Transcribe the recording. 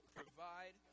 provide